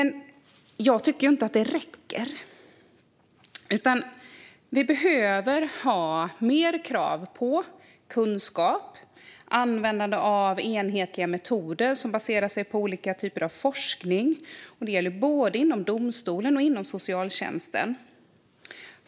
Jag tycker dock inte att det räcker. För att säkerställa barns rättigheter behöver vi ha mer krav på kunskap och användande av enhetliga metoder som baserar sig på olika typer av forskning både inom domstolen och socialtjänsten.